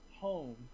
home